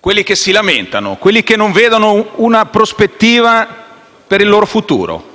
coloro che si lamentano e che non vedono una prospettiva per il loro futuro?